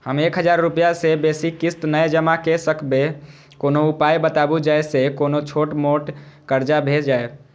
हम एक हजार रूपया से बेसी किस्त नय जमा के सकबे कोनो उपाय बताबु जै से कोनो छोट मोट कर्जा भे जै?